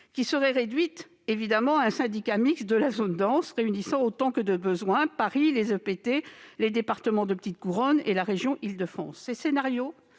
MGP serait alors réduite à un syndicat mixte de la zone dense réunissant autant que de besoin Paris, les EPT, les départements de la petite couronne et la région Île-de-France. C'est du moins